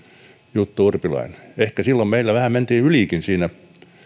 jutta urpilainen ehkä silloin meillä vähän mentiin ylikin siinä